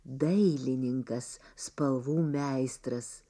dailininkas spalvų meistras